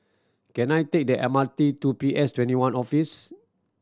can I take the M R T to P S Twenty one Office